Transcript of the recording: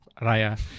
Raya